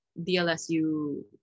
DLSU